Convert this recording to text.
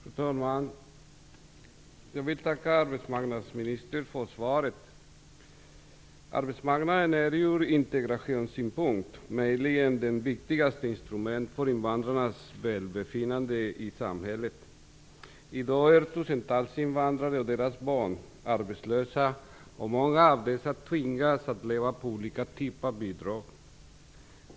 Fru talman! Jag vill tacka arbetmarknadsministern för svaret. Arbetsmarknaden är ur integrationssynpunkt möjligen det viktigaste instrumentet för invandrarnas välbefinnande i samhället. I dag är tusentals invandrare och deras barn arbetslösa, och många av dessa tvingas att leva på olika typer av bidrag.